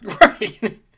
right